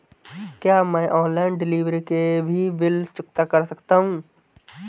क्या मैं online delivery के भी बिल चुकता कर सकता हूँ?